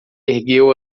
ergueu